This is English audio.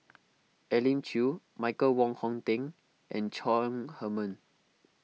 Elim Chew Michael Wong Hong Teng and Chong Heman